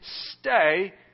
stay